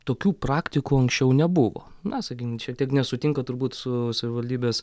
tokių praktikų anksčiau nebuvo na sakykim šiek tiek nesutinka turbūt su savivaldybės